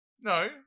no